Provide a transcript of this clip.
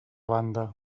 banda